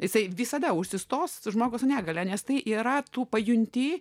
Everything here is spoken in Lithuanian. jisai visada užsistos žmogų su negalia nes tai yra tu pajunti